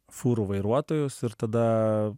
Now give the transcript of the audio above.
fūrų vairuotojus ir tada